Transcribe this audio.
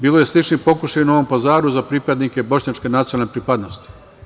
Bilo je sličnih pokušaja u Novom Pazaru za pripadnike bošnjačke nacionalne pripadnosti.